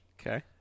okay